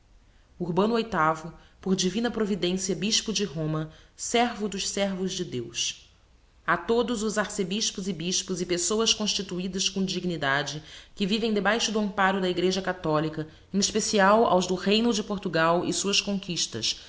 urbano viii por divina providencia bispo de roma servo dos servos de deus a todos os arcebispos e bispos e pessoas constituidas com dignidade que vivem debaixo do amparo da igreja catholica em especial aos do reyno de portugal e suas conquistas